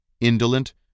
indolent